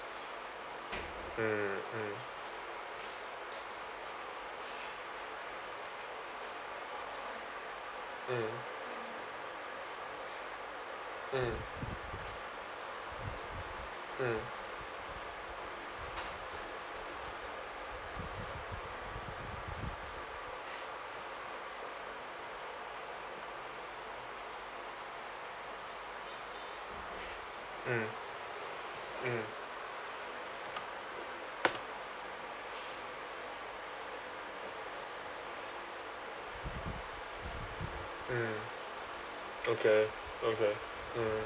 mm mm mm mm mm mm mm okay okay mm